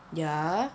ya